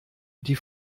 die